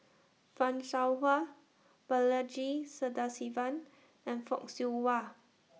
fan Shao Hua Balaji Sadasivan and Fock Siew Wah